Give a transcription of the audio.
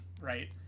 right